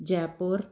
Jaipur